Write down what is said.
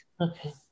Okay